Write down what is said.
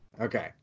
Okay